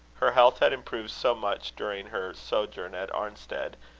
her health had improved so much during her sojourn at arnstead,